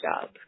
job